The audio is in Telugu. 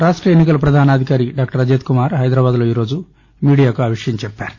రాష్ట్ల ఎన్నికల పధానాధికారి డాక్టర్ రజత్కుమార్ హైదరాబాద్లో ఈరోజు మీడియాకు ఈ విషయం తెలియచేశారు